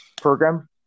program